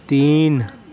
تین